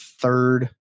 third